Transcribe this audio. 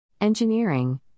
Engineering